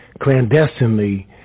clandestinely